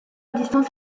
distance